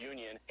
Union